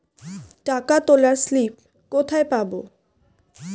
টাকা তোলার স্লিপ কোথায় পাব?